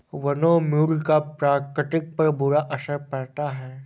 वनोन्मूलन का प्रकृति पर बुरा असर पड़ता है